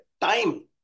time